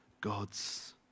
gods